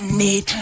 need